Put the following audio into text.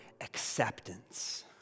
acceptance